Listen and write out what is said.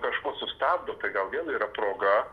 kažko sustabdo tai gal vėl yra proga